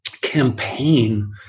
campaign